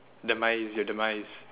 demise your demise